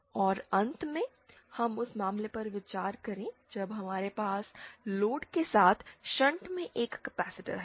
और अंत में हम उस मामले पर विचार करें जब हमारे पास लोड के साथ शंट में एक कैपेसिटर है